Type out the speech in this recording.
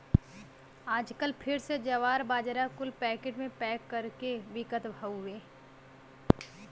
आजकल फिर से जवार, बाजरा कुल पैकिट मे पैक कर के बिकत हउए